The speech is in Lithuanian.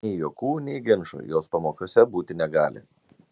nei juokų nei ginčų jos pamokose būti negali